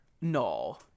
No